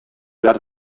behar